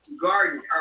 garden